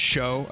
Show